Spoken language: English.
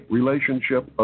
relationship